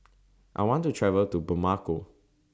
I want to travel to Bamako